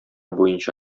буенча